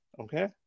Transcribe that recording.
okay